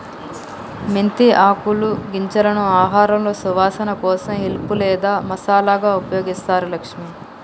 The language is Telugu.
మెంతి ఆకులు గింజలను ఆహారంలో సువాసన కోసం హెల్ప్ లేదా మసాలాగా ఉపయోగిస్తారు లక్ష్మి